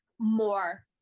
more